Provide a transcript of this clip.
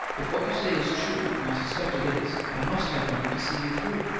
if what you say is true, and i suspect it is, i must have money to see me through.